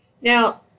Now